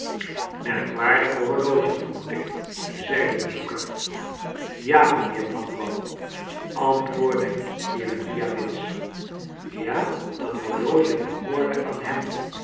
waardige horloge vermoed ik zei de bezoeker ja mij nheer blandois antwoordde jeremia bits ja dat horloge behoorde aan hem